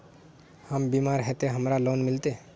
हम बीमार है ते हमरा लोन मिलते?